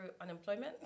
unemployment